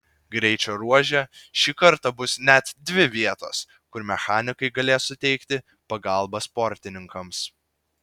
greičio ruože šį kartą bus net dvi vietos kur mechanikai galės suteikti pagalbą sportininkams